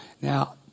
Now